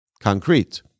concrete